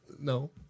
No